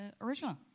original